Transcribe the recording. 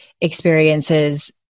experiences